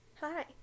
hi